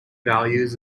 values